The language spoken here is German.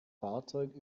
fahrzeug